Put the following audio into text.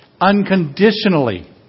unconditionally